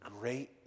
great